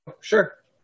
Sure